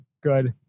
good